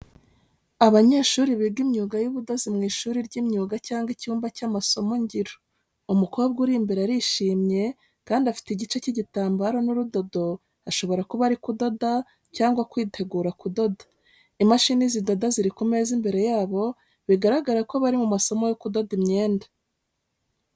Abanyeshuri biga imyuga y'ubudozi mu ishuri ry’imyuga cyangwa icyumba cy’amasomo ngiro. Umukobwa uri imbere arishimye kandi afite igice cy'igitambaro n'urudodo, ashobora kuba ari kudoda cyangwa kwitegura kudoda. Imashini zidoda ziri ku meza imbere yabo, bigaragaza ko bari mu masomo yo kudoda imyenda.